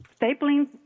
stapling